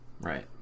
Right